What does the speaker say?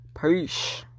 peace